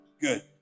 good